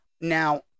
Now